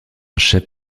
chef